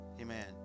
Amen